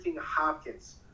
Hopkins